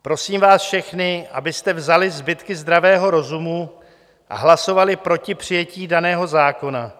Prosím vás všechny, abyste vzali zbytky zdravého rozumu a hlasovali proti přijetí daného zákona.